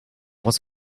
was